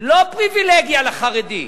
לא פריווילגיה לחרדי,